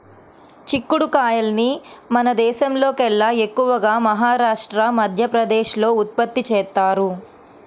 చిక్కుడు కాయల్ని మన దేశంలోకెల్లా ఎక్కువగా మహారాష్ట్ర, మధ్యప్రదేశ్ లో ఉత్పత్తి చేత్తారు